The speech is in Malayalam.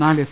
നാല് എസ്